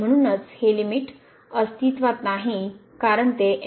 आणि म्हणूनच हे लिमिट अस्तित्वात नाही कारण ते